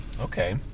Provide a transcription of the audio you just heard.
Okay